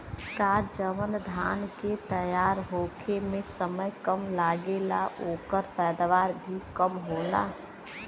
का जवन धान के तैयार होखे में समय कम लागेला ओकर पैदवार भी कम होला?